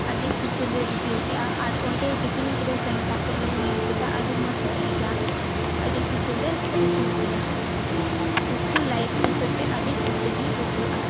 ᱟᱹᱰᱤ ᱠᱩᱥᱤᱞᱮ ᱵᱩᱡᱷᱟᱹᱣ ᱠᱮᱫᱼᱟ ᱟᱨ ᱚᱸᱰᱮ ᱯᱤᱠᱱᱤᱠ ᱨᱮ ᱥᱮᱱ ᱠᱟᱛᱮᱫ ᱞᱮ ᱧᱮᱞ ᱠᱮᱫᱟ ᱟᱹᱰᱤ ᱢᱚᱸᱡᱽ ᱡᱟᱭᱜᱟ ᱟᱹᱰᱤ ᱠᱩᱥᱤ ᱞᱮ ᱵᱩᱡᱷᱟᱹᱣ ᱠᱮᱫᱟ ᱥᱠᱩᱞ ᱞᱟᱭᱤᱯᱷ ᱫᱤᱥᱟᱹᱛᱮ ᱟᱹᱰᱤ ᱠᱩᱥᱤ ᱜᱮ ᱵᱩᱡᱷᱟᱹᱜᱼᱟ